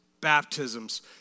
baptisms